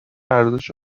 ارزش